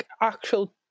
actual